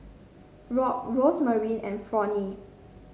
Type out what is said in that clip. Rock Rosemarie and Fronnie